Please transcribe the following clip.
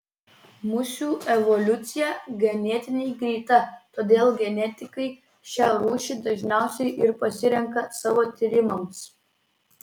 musių evoliucija ganėtinai greita todėl genetikai šią rūšį dažniausiai ir pasirenka savo tyrimams